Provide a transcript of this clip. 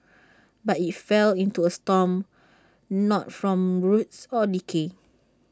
but IT fell into A storm not from rots or decay